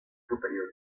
superior